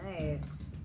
Nice